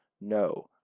no